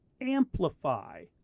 amplify